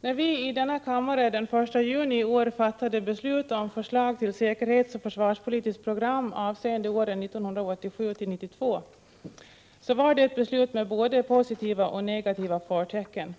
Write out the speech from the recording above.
När vi i denna kammare den 1 juni i år antog förslag till säkerhetsoch försvarspolitiskt program avseende åren 1987-1992, var det ett beslut med både positiva och negativa förtecken.